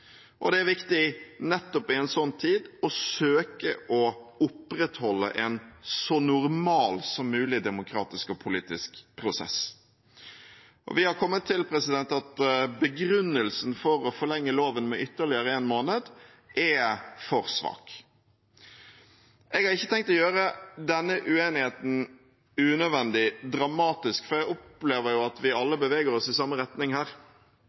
Og det er viktig nettopp i en slik tid å søke å opprettholde en så normal som mulig demokratisk og politisk prosess. Vi har kommet til at begrunnelsen for å forlenge loven med ytterligere en måned er for svak. Jeg har ikke tenkt å gjøre denne uenigheten unødvendig dramatisk, for jeg opplever jo at vi alle beveger oss i samme retning her.